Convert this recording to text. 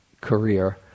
career